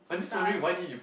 stuff